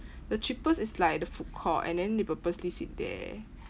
the cheapest is like the food court and then they purposely sit there